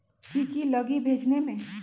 की की लगी भेजने में?